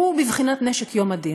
שהוא בבחינת נשק יום-הדין,